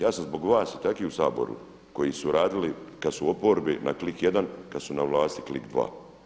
Ja sam zbog vas i takvih u Saboru koji su radili kad su u oporbi na klik jedan, kad su na vlasti klik dva.